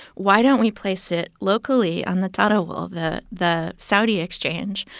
why don't we place it locally on the tadawul, the the saudi exchange,